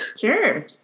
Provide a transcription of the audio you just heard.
Sure